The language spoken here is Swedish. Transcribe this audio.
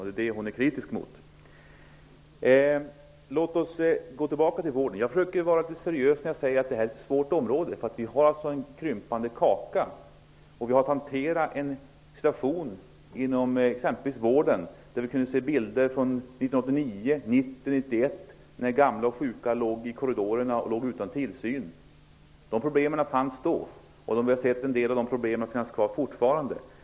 Det är detta som hon är kritisk mot. Låt oss gå tillbaka till vården! Jag försöker vara seriös när jag säger att detta är en svår fråga. Vi har en krympande kaka, och vi har att hantera en svår situation inom exempelvis vården. Vi kunde se bilder från 1989, 1990 och 1991 som visade gamla och sjuka som låg i korridorerna utan tillsyn. De problemen fanns då, och vi har sett att en del av de problemen fortfarande finns kvar.